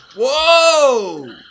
Whoa